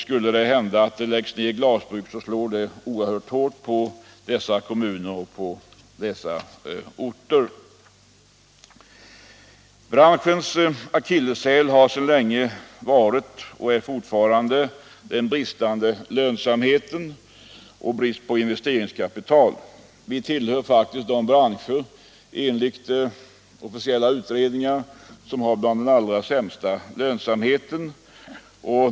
Skulle det hända att glasbruk läggs ned, så slår det oerhört hårt på dessa kommuner och orter. Branschens akilleshäl har sedan länge varit och är fortfarande den bristande lönsamheten och brist på investeringskapital. Vi tillhör faktiskt de branscher som enligt officiella utredningar har den allra sämsta lönsamheten.